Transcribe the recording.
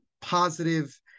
positive